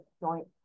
joint